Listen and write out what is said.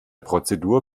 prozedur